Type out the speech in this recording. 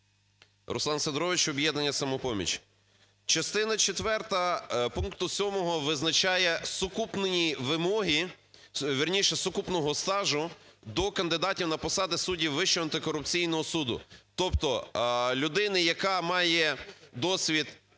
Руслан Сидорович, "Об'єднання "Самопоміч". Частина четверта пункту 7 визначає сукупні вимоги, вірніше, сукупного стажу до кандидатів на посади суддів Вищого антикорупційного суду. Тобто людини, яка має досвід